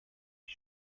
die